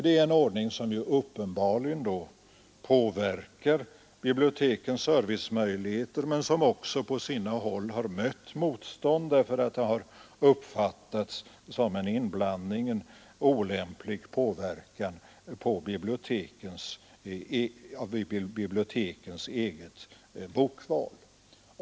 Det är en ordning som uppenbarligen påverkar bibliotekens servicemöjligheter men som också på sina håll mött motstånd därför att detta har uppfattats som en inblandning, en olämplig påverkan av bibliotekens eget bokval.